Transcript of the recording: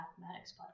mathematics